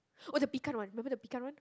orh the pickle one remember the pickle one